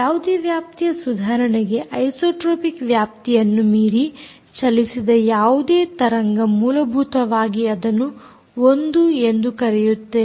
ಯಾವುದೇ ವ್ಯಾಪ್ತಿಯ ಸುಧಾರಣೆಗೆ ಐಸೋಟ್ರೋಪಿಕ್ ವ್ಯಾಪ್ತಿಯನ್ನು ಮೀರಿ ಚಲಿಸಿದ ಯಾವುದೇ ತರಂಗ ಮೂಲಭೂತವಾಗಿ ಅದನ್ನು I ಎಂದು ಕರೆಯುತ್ತೇವೆ